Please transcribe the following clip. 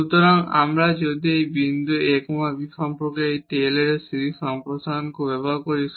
সুতরাং যদি আমরা এই বিন্দু a b সম্পর্কে এই টেইলর সিরিজ এক্সপেন্সন ব্যবহার করি